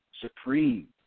supreme